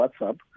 WhatsApp